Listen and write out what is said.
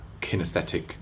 kinesthetic